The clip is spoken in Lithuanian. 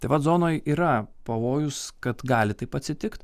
tai vat zonoj yra pavojus kad gali taip atsitikt